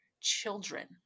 children